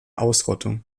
ausrottung